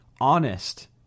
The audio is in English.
honest